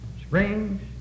springs